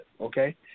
okay